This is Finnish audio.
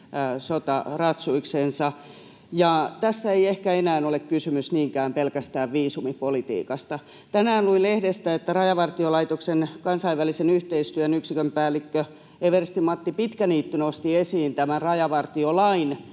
sotaratsuiksensa, ja tässä ei ehkä enää ole kysymys niinkään pelkästään viisumipolitiikasta. Tänään luin lehdestä, että Rajavartiolaitoksen kansainvälisen yhteistyön yksikön päällikkö, eversti Matti Pitkäniitty nosti esiin tämän rajavartiolain